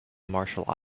marshall